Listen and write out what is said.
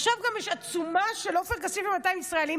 עכשיו יש גם עצומה של עופר כסיף ו-200 ישראלים.